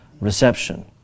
reception